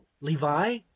Levi